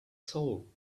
soul